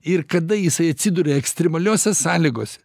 ir kada jisai atsiduria ekstremaliose sąlygose